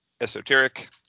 esoteric